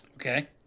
Okay